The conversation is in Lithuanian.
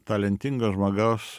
talentingo žmogaus